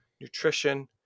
nutrition